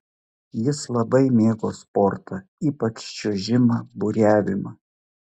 jis labai mėgo sportą ypač čiuožimą buriavimą